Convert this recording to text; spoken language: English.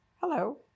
Hello